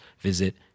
visit